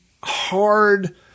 Hard